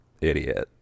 idiot